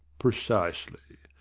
precisely.